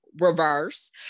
reverse